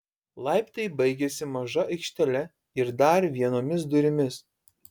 laiptai baigiasi maža aikštele ir dar vienomis durimis